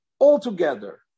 altogether